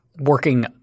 working –